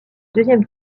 deuxième